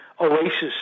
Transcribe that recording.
Oasis